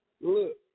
Look